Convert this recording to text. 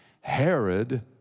Herod